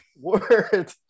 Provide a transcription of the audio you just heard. word